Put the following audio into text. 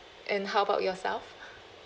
and how about yourself